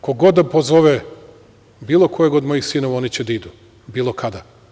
Ko god da pozove bilo kojeg od mojih sinova, oni će da idu, bilo kada.